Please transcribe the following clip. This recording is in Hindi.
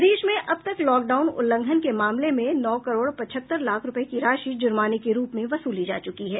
प्रदेश में अब तक लॉकडाउन उल्लंघन के मामले में नौ करोड़ पचहत्तर लाख रूपये की राशि जुर्माने के रूप में वसूली जा चुकी है